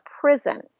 prison